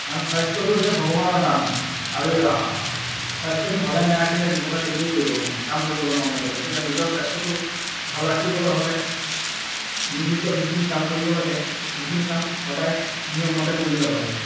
কাৰণ স্বাস্থ্যটো হৈছে ভগৱানৰ দান আৰু স্বাস্থ্যটো ভালে নাৰাখিলে জীৱনত একোৱে কৰিব নোৱাৰে কাম কৰিবলে মন নেযাব সেইটো কাৰণে নিজৰ স্বাস্থ্যটো ভালে ৰাখিবলৈ হ'লে নিৰ্দিষ্ট যিখিনি কাম কৰিব লাগে সেইখিনি কাম সদায় নিয়মমতে কৰি যাব লাগে